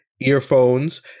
earphones